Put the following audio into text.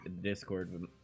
Discord